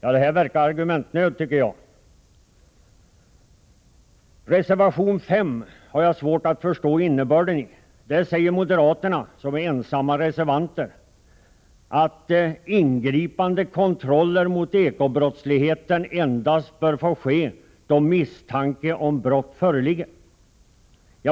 Det verkar vara argumentnöd, tycker jag. Reservation 5 har jag svårt att förstå innebörden i. Där säger moderaterna - som är ensamma reservanter — att ingripande kontroller mot ekobrottslighet endast bör få ske då misstanke om brott föreligger.